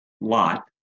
lot